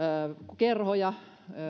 kerhoja